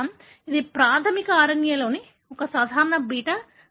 ఇది ప్రాథమిక RNA లో ఒక సాధారణ బీటా గ్లోబిన్ జన్యువు